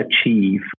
achieve